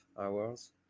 hours